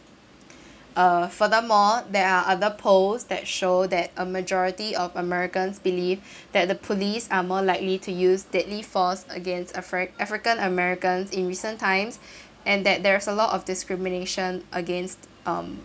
uh furthermore there are other polls that show that a majority of americans believe that the police are more likely to use deadly force against afri~ african americans in recent times and that there is a lot of discrimination against um